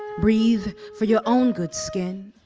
breathe for your own good skin,